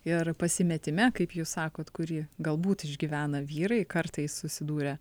ir pasimetime kaip jūs sakot kurį galbūt išgyvena vyrai kartais susidūrę